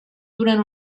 duran